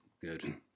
Good